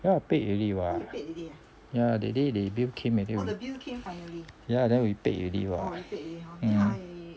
ya I paid already what yeah that day they bill came already ya then we paid already what mm